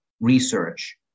research